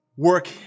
work